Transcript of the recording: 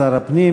שר הפנים.